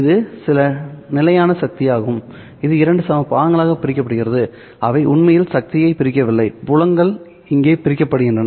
இது சில நிலையான சக்தியாகும் இது 2 சம பாகங்களாக பிரிக்கப்படுகிறதுஅவை உண்மையில் சக்தியைப் பிரிக்கவில்லை புலங்கள் இங்கே பிரிக்கப்படுகின்றன